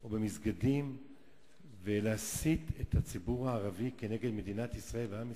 או במסגדים ולהסית את הציבור הערבי כנגד מדינת ישראל ועם ישראל.